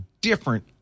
different